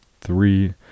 three